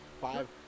Five